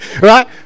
Right